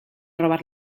robar